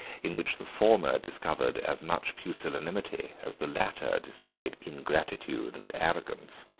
in which the former discovered as much pusillanimity as the latter displayed ingratitude and arrogance.